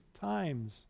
times